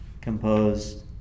composed